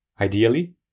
ideally